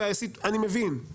אני מבין,